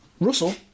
Russell